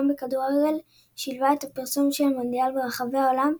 בכדורגל שילווה את הפרסום של המונדיאל ברחבי העולם,